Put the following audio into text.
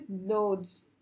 loads